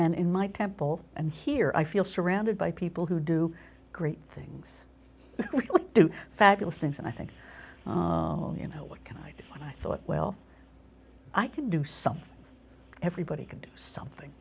and in my temple and here i feel surrounded by people who do great things do fabulous things and i think you know what can i do and i thought well i can do something everybody can do something